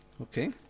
okay